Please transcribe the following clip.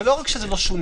זה לא רק שזה לא שונה,